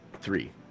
Three